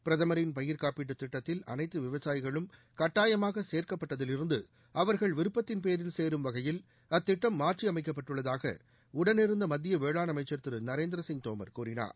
பிரதமின் பயிர் காப்பீட்டுத் திட்டத்தில் அனைத்து விவசாயிகளும் கட்டாயமாக சேர்க்கப்பட்டதிலிருந்து அவர்கள் விருப்பத்தின் பேரில் சேரும் வகையில் அத்திட்டம் மாற்றியமைக்கப்பட்டுள்ளதாக உடனிருந்த மத்திய வேளாண் அமைக்கா் திரு நரேந்திர சிங் தோமா் கூறினார்